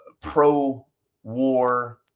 pro-war